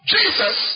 Jesus